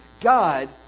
God